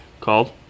called